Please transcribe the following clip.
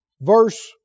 verse